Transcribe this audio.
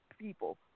people